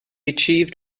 achieved